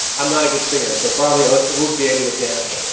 i'm not a good singer so probably would be able to dance.